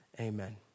Amen